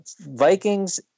Vikings